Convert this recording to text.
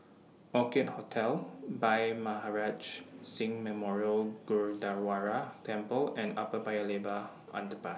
Orchid Hotel Bhai Maharaj Singh Memorial Gurdwara Temple and Upper Paya Lebar Underpass